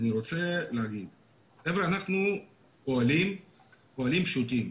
חבר'ה, אנחנו פועלים פשוטים,